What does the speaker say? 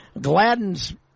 Gladden's